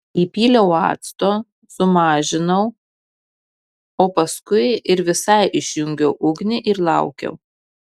įpyliau acto sumažinau o paskui ir visai išjungiau ugnį ir laukiau